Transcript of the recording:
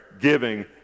giving